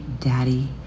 daddy